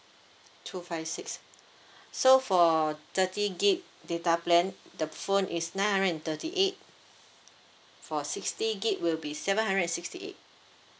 two five six so for thirty gig data plan the phone is nine hundred and thirty eight for sixty gig will be seven hundred and sixty eight